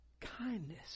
kindness